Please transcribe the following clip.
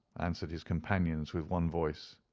answered his companions with one voice.